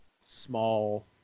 small